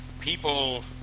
People